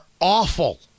awful